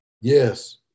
Yes